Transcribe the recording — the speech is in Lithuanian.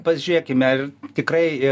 pažiūrėkime tikrai